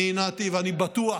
אני התנעתי, ואני בטוח